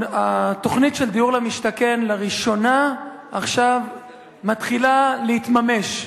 התוכנית של דיור למשתכן לראשונה עכשיו מתחילה להתממש,